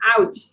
out